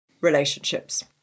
relationships